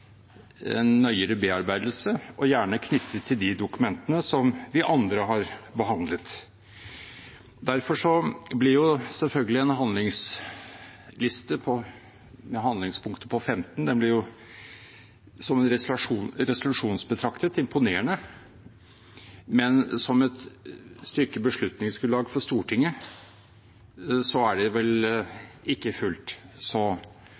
en nøyere bearbeidelse, gjerne knyttet til de dokumentene de andre har behandlet. Derfor blir selvfølgelig en handlingsliste i 15 punkter som resolusjon betraktet imponerende, men som et stykke beslutningsgrunnlag for Stortinget er det vel ikke fullt så